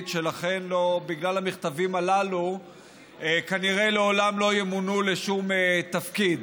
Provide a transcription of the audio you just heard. ושבגלל המכתבים הללו כנראה לעולם לא ימונו לשום תפקיד?